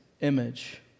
image